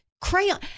crayon